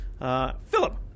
Philip